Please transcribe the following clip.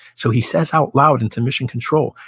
so he says out loud into mission control,